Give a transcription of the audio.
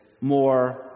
more